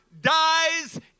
dies